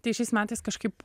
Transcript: tai šiais metais kažkaip